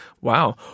Wow